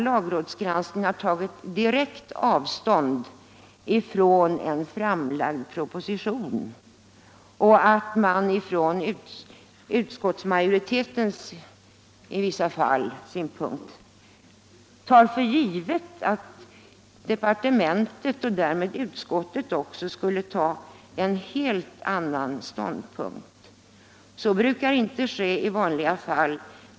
Lagrådet har tagit direkt avstånd från en framlagd proposition, och utskottsmajoriteten tar i vissa fall för givet att departementet och därmed också utskottet skulle inta en helt annan ståndpunkt. Så brukar inte ske i vanliga fall.